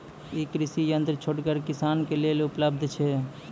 ई कृषि यंत्र छोटगर किसानक लेल उपलव्ध छै?